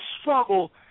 struggle